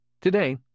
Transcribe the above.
Today